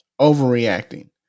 overreacting